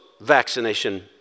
vaccination